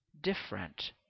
different